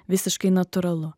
visiškai natūralu